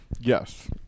Yes